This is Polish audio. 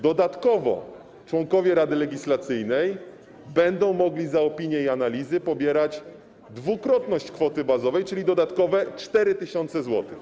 Dodatkowo członkowie Rady Legislacyjnej będą mogli za opinie i analizy pobierać dwukrotność kwoty bazowej, czyli dodatkowe 4 tys. zł.